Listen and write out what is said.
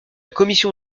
commission